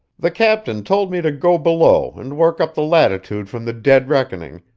the captain told me to go below and work up the latitude from the dead-reckoning,